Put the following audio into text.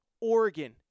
Oregon